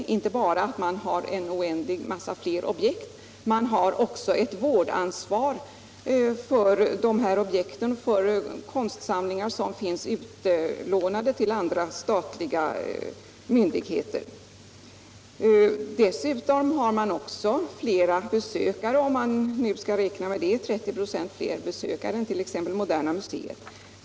Det är inte bara så att man har ett mycket större antal objekt, utan man har också ett vårdansvar för de konstsamlingar som finns utlånade till statliga myndigheter. Dessutom har man 30 26 fler besökare än moderna museet, om vi nu skall ta hänsyn till det.